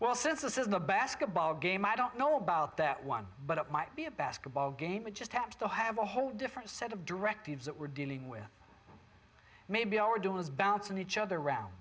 well since this is the basketball game i don't know about that one but it might be a basketball game it just happens to have a whole different set of directives that we're dealing with maybe all we do is balance and each other around